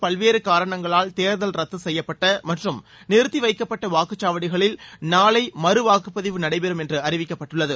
பல்வேறு காரணங்களால் தேர்தல் ரத்து செய்யப்பட்ட மற்றும் நிறுத்தி வைக்கப்பட்ட வாக்குச்சாவடிகளில் நாளை மறுவாக்குப்பதிவு நடைபெறும் என்று அறிவிக்கப்பட்டுள்ளது